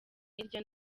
hirya